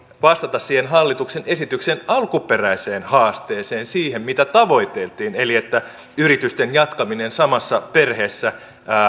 vastata siihen hallituksen esityksen alkuperäiseen haasteeseen siihen mitä tavoiteltiin eli että yritysten jatkaminen samassa perheessä